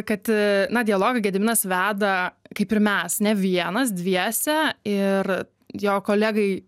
kad a na dialogą gediminas veda kaip ir mes ne vienas dviese ir jo kolegai